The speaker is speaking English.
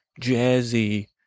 jazzy